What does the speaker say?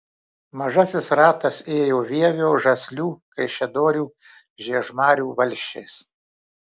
mažasis ratas ėjo vievio žaslių kaišiadorių žiežmarių valsčiais